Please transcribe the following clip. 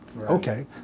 Okay